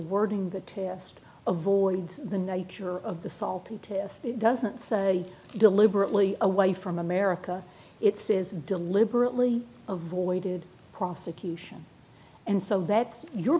worded the test avoids the nature of the salt and doesn't say deliberately away from america it says deliberately avoided prosecution and so that's your